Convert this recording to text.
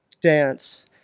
dance